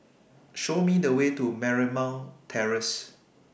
Show Me The Way to Marymount Terrace